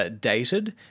dated